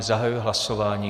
Zahajuji hlasování.